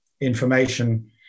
information